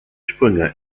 sprünge